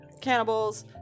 Cannibals